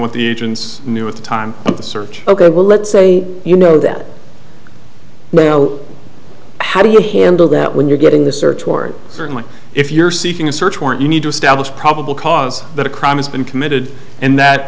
what the agents knew at the time of the search ok well let's say you know that well how do you handle that when you're getting the search warrant certainly if you're seeking a search warrant you need to establish probable cause that a crime has been committed and that